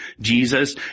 Jesus